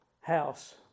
house